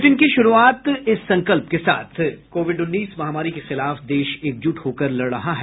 bulletin की शुरूआत से पहले ये संकल्प कोविड उन्नीस महामारी के खिलाफ देश एकजुट होकर लड़ रहा है